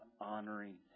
honoring